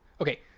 Okay